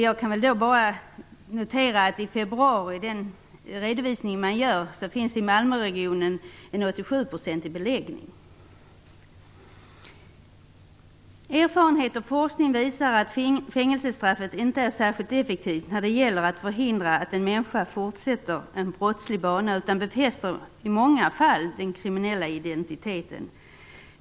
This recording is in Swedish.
Jag kan då bara notera att i redovisningen för i februari hade man i Erfarenhet och forskning visar att fängelsestraffet inte är särskilt effektivt när det gäller att förhindra att en människa fortsätter en brottslig bana utan att det i många fall befäster den kriminella identiteten.